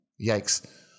yikes